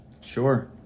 Sure